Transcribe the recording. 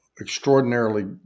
extraordinarily